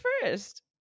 first